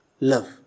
love